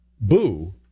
boo